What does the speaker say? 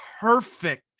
perfect